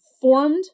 formed